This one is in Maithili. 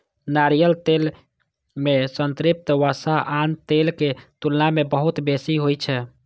नारियल तेल मे संतृप्त वसा आन तेलक तुलना मे बहुत बेसी होइ छै